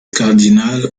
cardinal